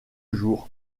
jour